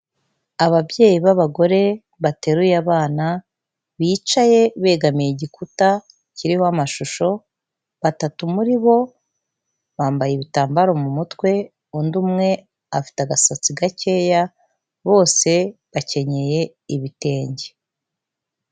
Ababyeyi b'abagore bateruye abana bicaye begamiye igikuta kiriho amashusho, batatu muri bo bambaye ibitambaro mu mutwe, undi umwe afite agasatsi gakeya bose bakenyeye ibitenge.